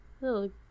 Little